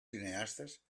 cineastes